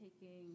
taking